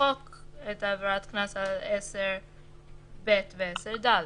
למחוק את עבירת הקנס על 10(ב) ו-10(ד).